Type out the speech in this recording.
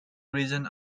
region